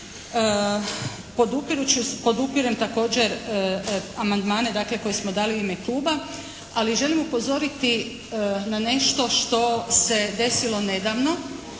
podupirem također amandmane dakle koje smo dali u ime kluba ali želim upozoriti na nešto što se desilo nedavno